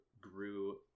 grew